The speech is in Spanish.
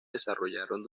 desarrollaron